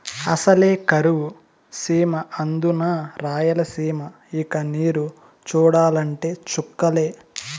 అసలే కరువు సీమ అందునా రాయలసీమ ఇక నీరు చూడాలంటే చుక్కలే